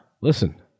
Listen